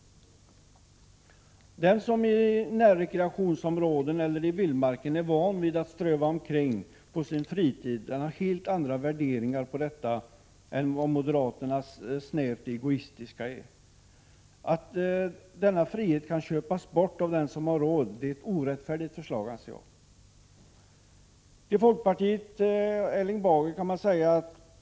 Den som är van att ströva omkring i närrekreationsområden eller i vildmarken på sin fritid har helt andra värderingar i dessa sammanhang än moderaternas snävt egoistiska! Det är ett orättfärdigt förslag att denna frihet för alla skall kunna köpas bort av vissa som har råd. Jag vill säga några ord till Erling Bager beträffande folkpartiets förslag.